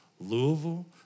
Louisville